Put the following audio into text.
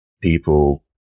people